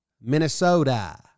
Minnesota